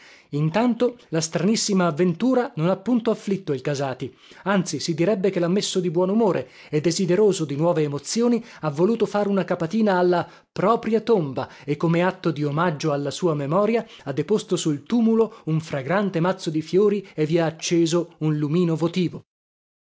intanto la stranissima avventura non ha punto afflitto il casati anzi si direbbe che lha messo di buon umore e desideroso di nuove emozioni ha voluto far una capatina alla propria tomba e come atto di omaggio alla sua memoria ha deposto sul tumulo un fragrante mazzo di fiori e vi ha acceso un lumino votivo